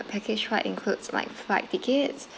package price includes like flight tickets